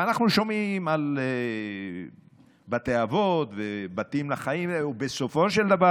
בועז, אל תדבר איתי ואל תפריע לי בענייני